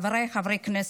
חבריי חברי הכנסת,